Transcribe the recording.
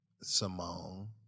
Simone